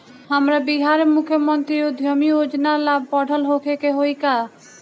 हमरा बिहार मुख्यमंत्री उद्यमी योजना ला पढ़ल होखे के होई का?